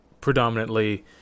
predominantly